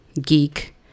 geek